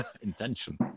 intention